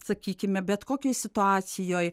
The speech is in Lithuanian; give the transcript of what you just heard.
sakykime bet kokioj situacijoj